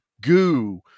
goo